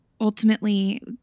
ultimately